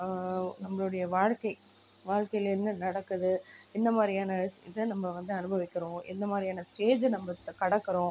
நம்மளுடைய வாழ்க்கை வாழ்க்கையில் என்ன நடக்குது என்ன மாதிரியான இதை நம்ம வந்து அனுபவிக்கிறோம் எந்த மாதிரியான ஸ்டேஜ்ஜை நம்ப த்த கடக்கிறோம்